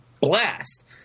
blast